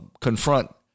confront